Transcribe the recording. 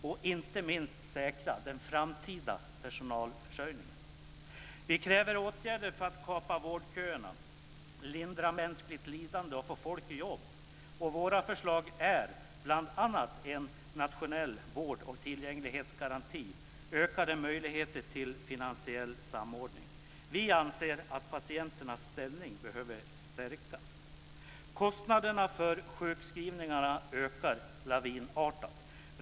Inte minst behöver vi säkra den framtida personalförsörjningen. Vi kräver åtgärder för att kapa vårdköerna, lindra mänskligt lidande och få folk i jobb. Våra förslag är bl.a. en nationell vård och tillgänglighetsgaranti och ökade möjligheter till finansiell samordning. Vi anser att patienternas ställning behöver stärkas. Kostnaderna för sjukskrivningarna ökar lavinartat.